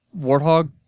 Warthog